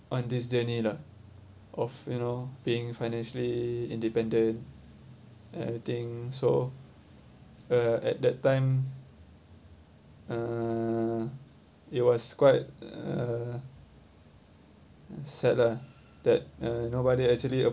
on this journey lah of you know being financially independent everything so uh at that time uh it was quite uh sad lah that uh nobody actually